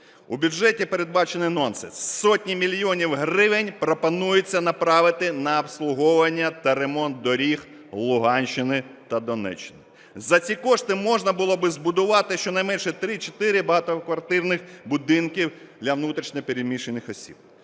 У бюджеті передбачений нонсенс – сотні мільйонів гривень пропонується направити на обслуговування та ремонт доріг Луганщини та Донеччини. За ці кошти можна було би збудувати щонайменше 3-4 багатоквартирних будинків для внутрішньо переміщених осіб.